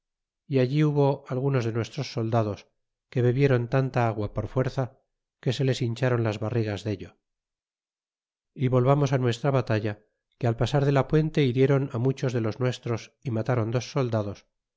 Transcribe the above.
y allí hubo algunos de nuestros soldados que bebieron tanta agua por fuerza que se les hinchron las barrigas dello y volvamos nuestra batalla que al pasar de la puente hirieron muchos de los nuestros é matron dos soldados